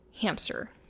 hamster